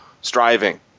striving